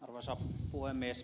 arvoisa puhemies